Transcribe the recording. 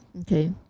Okay